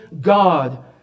God